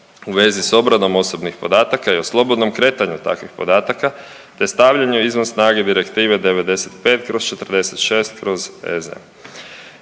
u vezi s obradom osobnih podataka i o slobodnom kretanju takvih podataka te stavljanju izvan snage direktive 95/46/EZ.